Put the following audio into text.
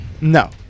No